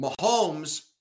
Mahomes